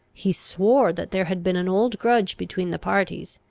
he swore that there had been an old grudge between the parties,